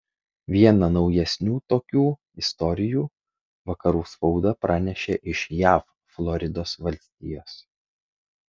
vieną naujesnių tokių istorijų vakarų spauda pranešė iš jav floridos valstijos